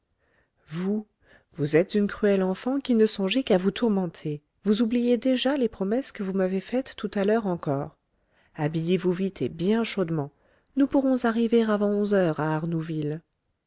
vous vous êtes une cruelle enfant qui ne songez qu'à vous tourmenter vous oubliez déjà les promesses que vous m'avez faites tout à l'heure encore habillez-vous vite et bien chaudement nous pourrons arriver avant onze heures à arnouville